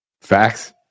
Facts